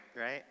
right